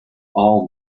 all